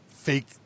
fake